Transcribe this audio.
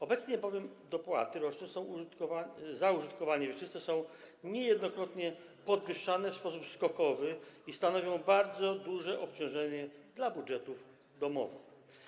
Obecnie bowiem dopłaty roczne za użytkowanie wieczyste są niejednokrotnie podwyższane w sposób skokowy i stanowią bardzo duże obciążenie dla budżetów domowych.